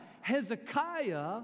Hezekiah